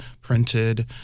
printed